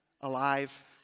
alive